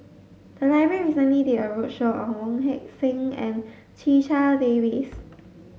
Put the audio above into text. the library recently did a roadshow on Wong Heck Sing and Checha Davies